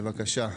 בבקשה.